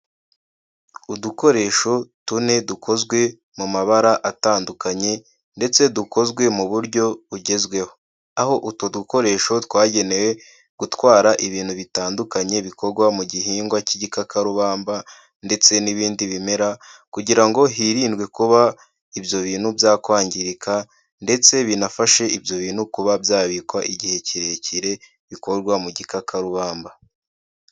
Udukoresho tune dukozwe mu mabara atandukanye, ndetse dukozwe mu buryo bugezweho. Aho utuwo dukoresho twagenewe gutwara ibintu bitandukanye bikorwa mu gihingwa cy'igikakarubamba, ndetse n'ibindi bimera, kugira ngo hirindwe kuba ibyo bintu byakwangirika, ndetse binafashe ibyo bintu kuba byabikwa igihe kirekire, bikorwa mu gikakarubamba.